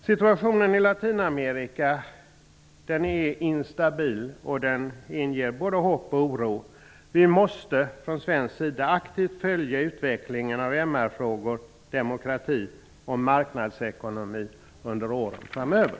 Situationen i Latinamerika är instabil och inger både hopp och oro. Vi måste från svensk sida aktivt följa utvecklingen av MR-frågor, demokrati och marknadsekonomi under åren framöver.